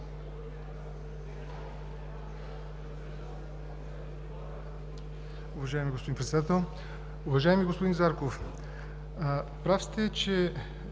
Уважаеми господин Председател! Уважаеми господин Зарков, прав сте, че